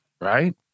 right